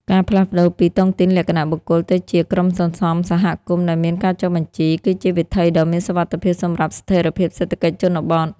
ការផ្លាស់ប្តូរពី "តុងទីនលក្ខណៈបុគ្គល" ទៅជា "ក្រុមសន្សំសហគមន៍" ដែលមានការចុះបញ្ជី គឺជាវិថីដ៏មានសុវត្ថិភាពសម្រាប់ស្ថិរភាពសេដ្ឋកិច្ចជនបទ។